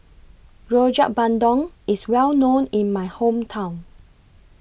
Rojak Bandung IS Well known in My Hometown